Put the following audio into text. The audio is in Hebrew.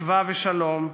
תקווה ושלום,